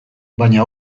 baina